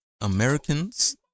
Americans